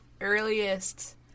earliest